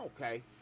okay